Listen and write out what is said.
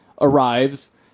arrives